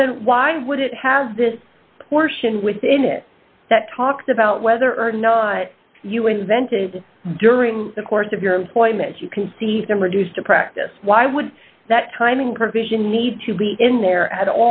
well then why would it have this portion within it that talks about whether or not you invented during the course of your employment you can see them reduced to practice why would that timing provision need to be in there at